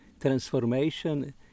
transformation